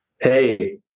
Hey